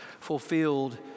fulfilled